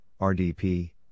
RDP